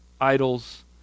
idols